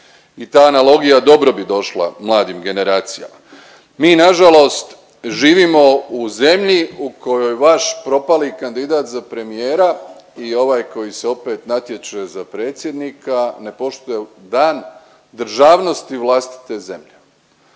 i ta analogija dobro bi došla mladim generacijama. Mi nažalost živimo u zemlji u kojoj vaš propali kandidat za premijera i ovaj koji se opet natječe za predsjednika ne poštuje Dan državnosti vlastite zemlje.